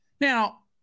Now